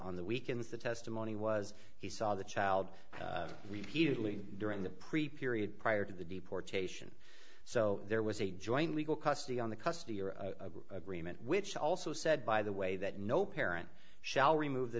on the weekends the test of and he was he saw the child repeatedly during the prepared prior to the deportation so there was a joint legal custody on the custody or a reman which also said by the way that no parent shall remove the